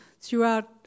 throughout